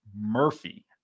Murphy